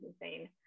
insane